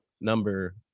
number